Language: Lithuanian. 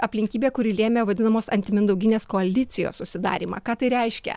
aplinkybė kuri lėmė vadinamos antimindauginės koalicijos susidarymą ką tai reiškia